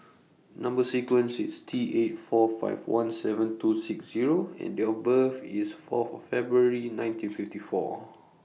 Number sequence IS T eight four five one seven two six Zero and Date of birth IS Fourth of February nineteen fifty four